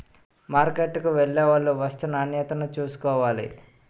మార్కెట్కు వెళ్లేవాళ్లు వస్తూ నాణ్యతను చూసుకోవాలి